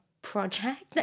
Project